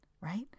right